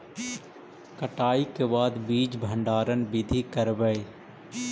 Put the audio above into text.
कटाई के बाद बीज भंडारन बीधी करबय?